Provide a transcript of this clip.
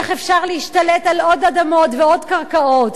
איך אפשר להשתלט על עוד אדמות ועוד קרקעות